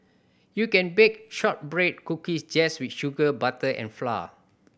you can bake shortbread cookies just with sugar butter and flour